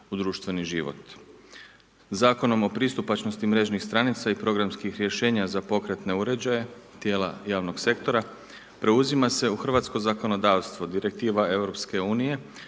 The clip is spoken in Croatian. u društveni život. Zakonom o pristupačnosti mrežnih stranica i programskih rješenja za pokretne uređaje tijela javnog sektora preuzima se u hrvatsko zakonodavstvo, direktiva EU,